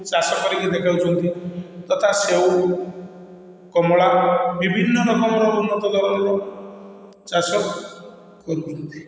ଚାଷ କରିକି ଦେଖାଉଛନ୍ତି ତଥା ସେଉ କମଳା ବିଭିନ୍ନ ରକମର ଉନ୍ନତଧରଣର ଚାଷ କରୁଛନ୍ତି